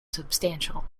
substantial